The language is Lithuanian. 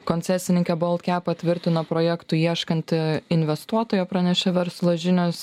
koncesininkė balt kap patvirtino projektui ieškanti investuotojo pranešė verslo žinios